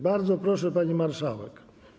Bardzo proszę, pani marszałek.